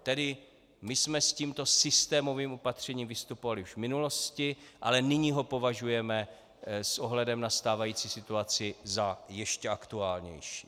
Tedy my jsme s tímto systémovým opatřením vystupovali už v minulosti, ale nyní ho považujeme s ohledem na stávající situaci za ještě aktuálnější.